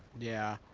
yeah.